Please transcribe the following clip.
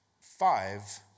five